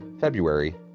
February